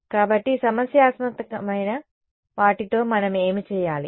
కాబట్టి సమస్యాత్మక మైన వాటితో మనం ఏమి చేయాలి